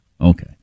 Okay